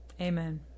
Amen